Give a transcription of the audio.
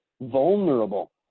vulnerable